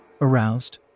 aroused